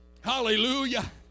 Hallelujah